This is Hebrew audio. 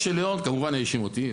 משה ליאון כמובן האשים אותי.